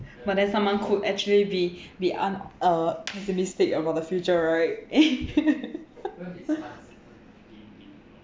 but then someone could actually be be un~ uh pessimistic about the future right